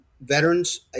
veterans